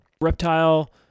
Reptile